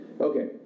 Okay